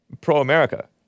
pro-America